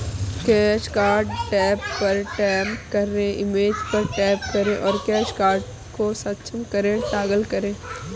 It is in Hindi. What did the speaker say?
कैश कार्ड टैब पर टैप करें, इमेज पर टैप करें और कैश कार्ड को सक्षम करें टॉगल करें